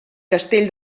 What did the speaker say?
castell